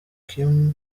kim